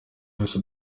wese